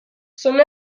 són